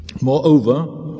Moreover